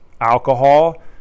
alcohol